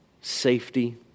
safety